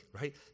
right